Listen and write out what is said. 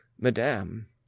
madame